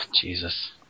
Jesus